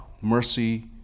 mercy